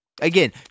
Again